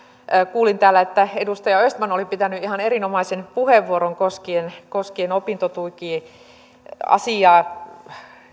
kuulin täällä että edustaja östman oli pitänyt ihan erinomaisen puheenvuoron koskien koskien opintotukiasiaa